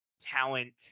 talent